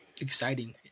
exciting